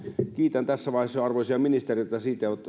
kiitän tässä vaiheessa jo arvoisia ministereitä siitä että he